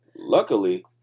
Luckily